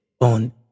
on